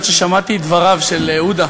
עד ששמעתי את דבריו של עודה.